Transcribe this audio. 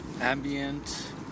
ambient